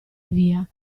via